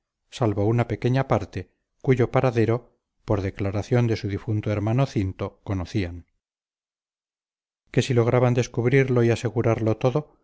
salvo una pequeña parte cuyo paradero por declaración de su difunto hermano cinto conocían que si lograban descubrirlo y asegurarlo todo